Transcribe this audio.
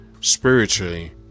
spiritually